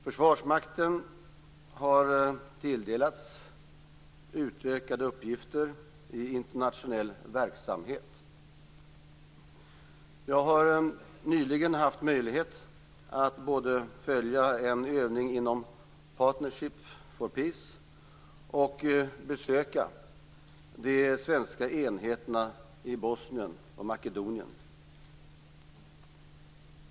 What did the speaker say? Försvarsmakten har tilldelats utökade uppgifter i internationell verksamhet. Jag har nyligen haft möjlighet att både följa en övning inom Partnership for Peace och besöka de svenska enheterna i Bosnien och Makedonien.